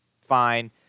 fine